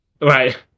right